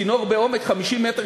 צינור בעומק 50 מטרים,